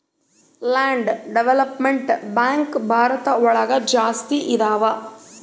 land development bank Bharat ಒಳಗ ಜಾಸ್ತಿ ಇದಾವ